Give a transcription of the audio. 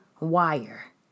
wire